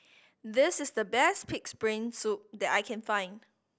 this is the best Pig's Brain Soup that I can find